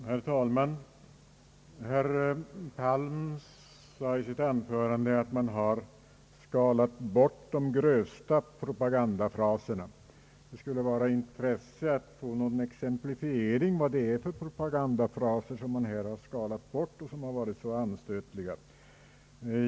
Herr talman! Herr Palm sade i sitt anförande att vi skalat bort de grövsta propagandafraserna. Det skulle vara av intresse att få någon exemplifiering på vilka propagandafraser som har skalats bort och som har varit så anstötliga.